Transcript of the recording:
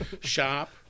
Shop